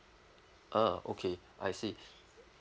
ah okay I see